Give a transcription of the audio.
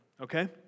okay